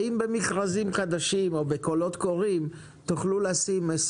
האם במכרזים חדשים או בקולות קוראים תוכלו לקבוע,